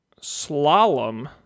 Slalom